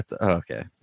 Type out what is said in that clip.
Okay